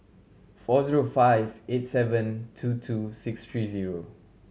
four zero five eight seven two two six three zero